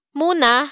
muna